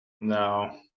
no